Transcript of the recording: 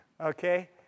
Okay